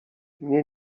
mnie